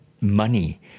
money